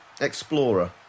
explorer